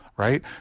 Right